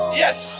yes